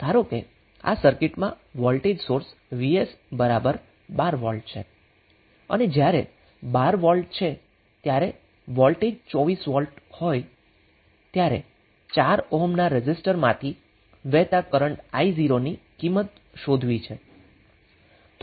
ધારો કે આ સર્કિટમાં વોલ્ટેજ સોર્સ Vs 12 V છે અને જ્યારે વોલ્ટેજ 12 વોલ્ટ છે અને જ્યારે વોલ્ટેજ 24 વોલ્ટ હોય ત્યારે 4 ઓહ્મ રેઝિસ્ટરમાંથી વહેતા કરન્ટ I0 ની કિંમત શોધવી છે